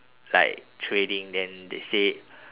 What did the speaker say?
like trading then they say